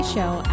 Show